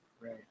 Right